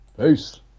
Peace